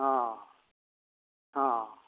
ହଁ ହଁ